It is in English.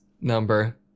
number